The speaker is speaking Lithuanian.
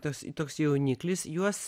tas toks jauniklis juos